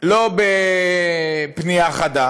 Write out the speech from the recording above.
לא בפנייה חדה